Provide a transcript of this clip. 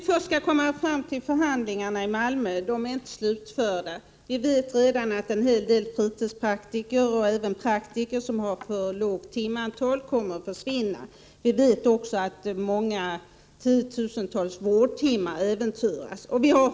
Herr talman! Förhandlingarna i Malmö är visserligen inte slutförda, men vi vet redan att en hel del fritidspraktiker och även många praktiker som har för lågt timantal kommer att försvinna. Vi vet också att många tiotusental vårdtimmar kommer att äventyras.